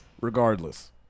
regardless